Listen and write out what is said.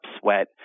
sweat